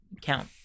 count